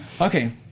Okay